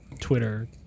Twitter